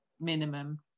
minimum